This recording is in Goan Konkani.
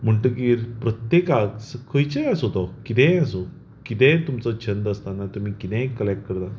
म्हणटकीर प्रत्येकाक खंयचेय आसूं तो कितेंय आसूं कितेंय तुमचो छंद आसतना आसूं तुमी कितेंय कलेक्ट करता